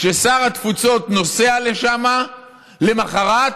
כששר התפוצות נוסע לשם למוחרת,